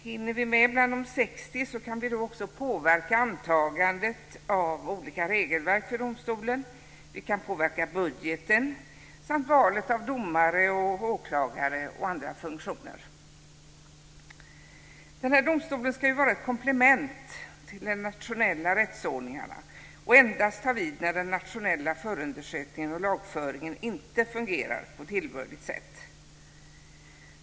Hinner vi komma med bland de 60 kan vi också påverka antagandet av olika regelverk för domstolen. Vi kan påverka budgeten samt valet av domare och åklagare och andra funktioner. Denna domstol ska vara ett komplement till de nationella rättsordningarna och endast ta vid när den nationella förundersökningen och lagföringen inte fungerar på tillbörligt sätt.